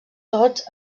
tots